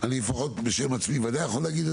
לפחות בשם עצמי בוודאי יכול להגיד.